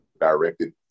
directed